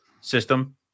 system